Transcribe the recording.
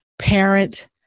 parent